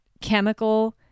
chemical